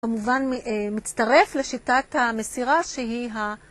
כמובן מצטרף לשיטת המסירה שהיא ה...